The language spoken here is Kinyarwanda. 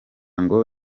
ngo